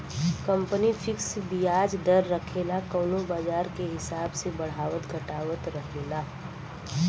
company fix बियाज दर रखेला कउनो बाजार के हिसाब से बढ़ावत घटावत रहेला